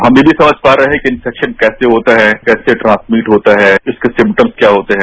हम ये भी समझ पा रहे हैं कि इन्फेक्शन कैसे होता है कैसे ट्रांसमिट होता है इसके सिम्टम्स क्या होते हैं